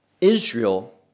Israel